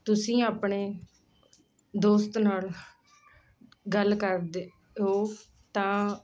ਤੁਸੀਂ ਆਪਣੇ ਦੋਸਤ ਨਾਲ ਗੱਲ ਕਰਦੇ ਹੋ ਤਾਂ